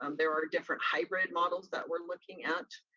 um there are different hybrid models that we're looking at.